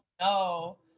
no